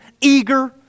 Eager